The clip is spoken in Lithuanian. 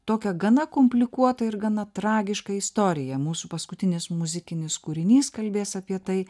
tokią gana komplikuotą ir gana tragišką istoriją mūsų paskutinis muzikinis kūrinys kalbės apie tai